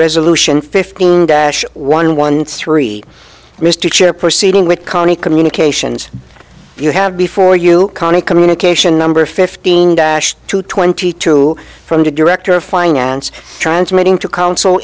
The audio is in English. resolution fifteen dash one one three mr chip proceeding with kani communications you have before you cannae communication number fifteen dash two twenty two from the director of finance transmitting to counsel